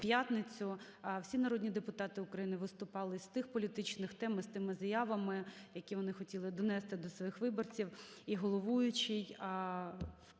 п'ятницю, всі народні депутати виступали з тих політичних тем і з тими заявами, які вони хотіли донести до своїх виборців, і головуючий в